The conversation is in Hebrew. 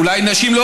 אולי נשים לא